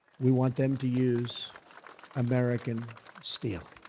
we want them to use american steel.